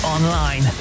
Online